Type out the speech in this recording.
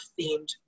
themed